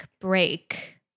break